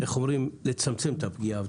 על צמצום הפגיעה,